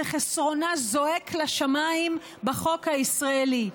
וחסרונה זועק לשמיים בחוק הישראלי.